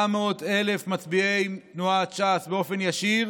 400,000 מצביעי תנועת ש"ס באופן ישיר